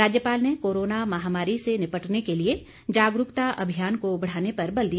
राज्यपाल ने कोरोना महामारी से निपटने के लिए जागरूकता अभियान को बढ़ाने पर बल दिया